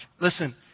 Listen